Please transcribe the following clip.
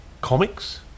comics